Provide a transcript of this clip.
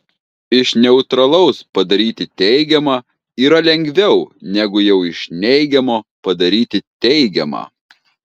iš neutralaus padaryti teigiamą yra lengviau negu jau iš neigiamo padaryti teigiamą